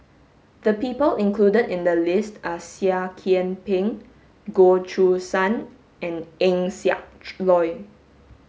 the people included in the list are Seah Kian Peng Goh Choo San and Eng Siak Loy